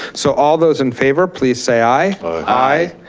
so all those in favor please say i. i.